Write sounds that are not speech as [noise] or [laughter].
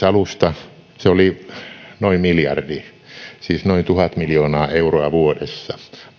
[unintelligible] alusta noin miljardi siis noin tuhat miljoonaa euroa vuodessa